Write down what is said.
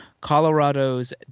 Colorado's